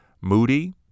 moody